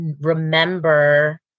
remember